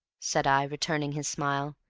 said i, returning his smile,